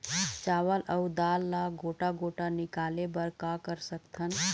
चावल अऊ दाल ला गोटा गोटा निकाले बर का कर सकथन?